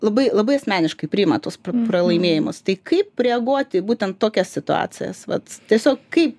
labai labai asmeniškai priima tuos pra pralaimėjimus tai kaip reaguoti būtent tokias situacijas vat tiesiog kaip